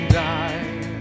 die